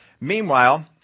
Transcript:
Meanwhile